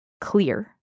clear